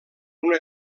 una